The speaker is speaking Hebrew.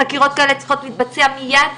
חקירות כאלה צריכות להתבצע מיד,